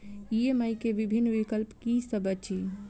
EMI केँ विभिन्न विकल्प की सब अछि